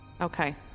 okay